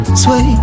sway